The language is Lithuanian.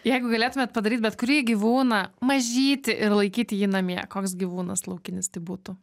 jeigu galėtumėt padaryt bet kurį gyvūną mažytį ir laikyti jį namie koks gyvūnas laukinis tai būtų